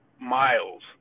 miles